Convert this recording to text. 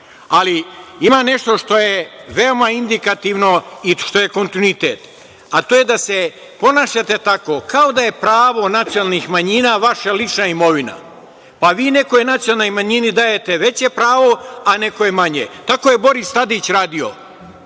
ali ima nešto što je veoma indikativno i što je kontinuitet, a to je da se ponašate tako kao da je pravo nacionalnih manjina vaša lična imovina, pa vi nekoj nacionalnoj manjini dajete veće pravo, a nekoj manje. Tako je Boris Tadić radio.